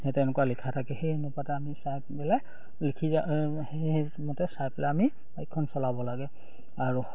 সেই তেনেকুৱা লিখা থাকে সেই অনুপাতে আমি চাই পেলাই লিখি যায় সেইমতে চাই পেলাই আমি বাইকখন চলাব লাগে আৰু